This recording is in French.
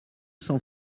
cent